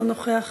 לא נוכח,